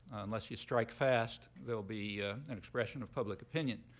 unless you strike fast, there will be an expression of public opinion.